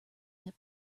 that